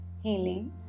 Healing